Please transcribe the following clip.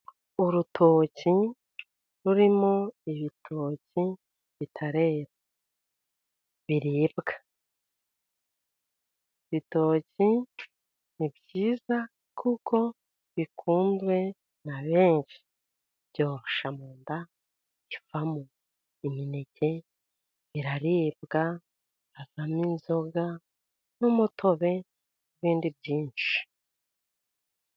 Urutoki rurimo ibitoki bitarera, biribwa. Ibitoki ni byiza, kuko bikunzwe na benshi. Byoroshya mu nda, bivamo imineke, biraribwa, havamo inzoga, n'umutobe, n'ibindi byinshi.